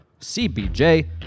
CBJ